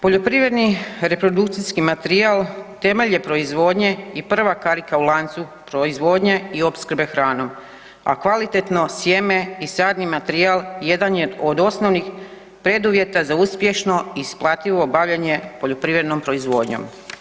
Poljoprivredni reprodukcijski materijal temelj je proizvodnje i prva karika u lancu proizvodnje i opskrbe hranom, a kvalitetno sjeme i sadni materijal jedan je od osnovnih preduvjeta za uspješno isplativo bavljenje poljoprivrednom proizvodnjom.